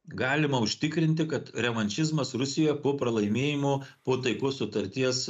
galima užtikrinti kad revanšizmas rusijo po pralaimėjimo po taikos sutarties